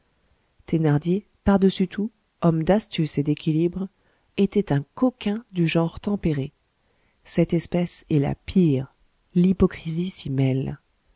thénardier par-dessus tout homme d'astuce et d'équilibre était un coquin du genre tempéré cette espèce est la pire l'hypocrisie s'y mêle